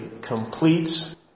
completes